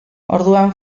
orduan